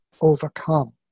overcome